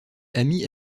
amie